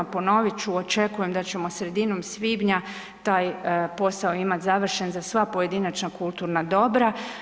Ponovit ću, očekujem da ćemo sredinom svibnja taj posao imati završen za sva pojedinačna kulturna dobra.